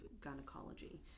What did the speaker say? gynecology